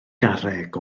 garreg